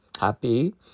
Happy